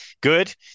good